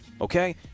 Okay